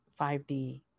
5D